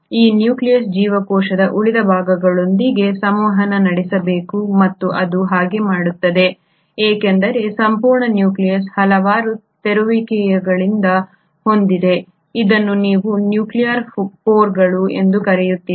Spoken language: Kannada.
ಈ ನ್ಯೂಕ್ಲಿಯಸ್ ಜೀವಕೋಶದ ಉಳಿದ ಭಾಗಗಳೊಂದಿಗೆ ಸಂವಹನ ನಡೆಸಬೇಕು ಮತ್ತು ಅದು ಹಾಗೆ ಮಾಡುತ್ತದೆ ಏಕೆಂದರೆ ಸಂಪೂರ್ಣ ನ್ಯೂಕ್ಲಿಯಸ್ ಹಲವಾರು ತೆರೆಯುವಿಕೆಗಳನ್ನು ಹೊಂದಿದೆ ಇದನ್ನು ನೀವು ನ್ಯೂಕ್ಲಿಯರ್ ಪೋರ್ಗಳು ಎಂದು ಕರೆಯುತ್ತೀರಿ